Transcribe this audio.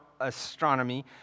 astronomy